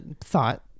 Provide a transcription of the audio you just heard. thought